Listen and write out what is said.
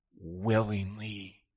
Willingly